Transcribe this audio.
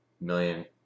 million